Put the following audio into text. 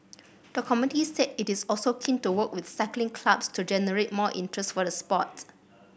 the committee said it is also keen to work with cycling clubs to generate more interest for the sports